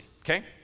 okay